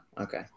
Okay